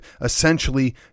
essentially